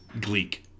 Gleek